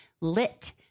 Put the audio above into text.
lit